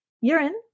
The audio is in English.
Urine